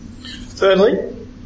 Thirdly